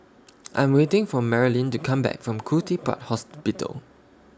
I Am waiting For Marlyn to Come Back from Khoo Teck Puat Hospital